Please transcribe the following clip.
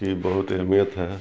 کی بہت اہمیت ہے